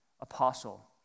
Apostle